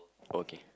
okay